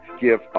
give